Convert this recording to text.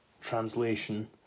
translation